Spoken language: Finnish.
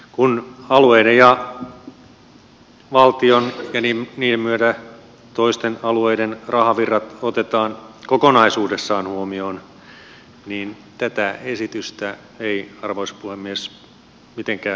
kun alueiden ja valtion ja niiden myötä toisten alueiden rahavirrat otetaan kokonaisuudessaan huomioon niin tätä esitystä ei arvoisa puhemies mitenkään voi pitää oikeudenmukaisena